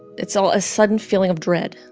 it's all a sudden feeling of dread.